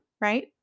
right